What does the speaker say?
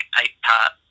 eight-part